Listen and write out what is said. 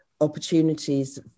opportunities